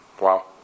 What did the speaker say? Wow